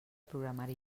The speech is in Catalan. programari